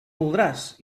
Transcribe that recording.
voldràs